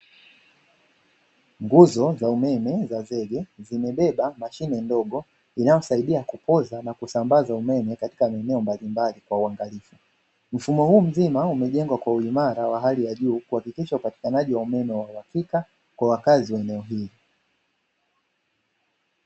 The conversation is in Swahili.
Nguzo za umeme za zege zime beba mashine ndogo inayo saidia kupoza na kusambaza umeme katika maeneo mbalimbali kwa uangalifu. Mfumo huu mzima umejengwa kwa uimara wa hali ya juu kuhakikisha upatikanaji wa umeme wa uhakika kwa wakazi wa eneo hili.